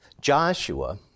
Joshua